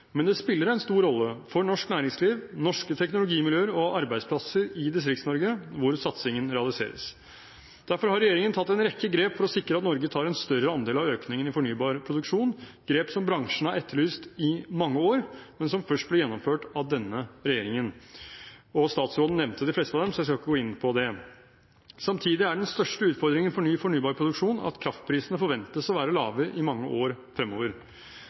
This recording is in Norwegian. Men det spiller en stor rolle for norsk næringsliv, norske teknologimiljøer og arbeidsplasser i Distrikts-Norge, hvor satsingen realiseres. Derfor har regjeringen tatt en rekke grep for å sikre at Norge tar en større andel av økningen i fornybar produksjon, grep som bransjen har etterlyst i mange år, men som først blir gjennomført av denne regjeringen. Statsråden nevnte de fleste av dem, så jeg skal ikke gå inn på det. Samtidig er den største utfordringen for ny fornybar produksjon at kraftprisene forventes å være lave i mange år fremover.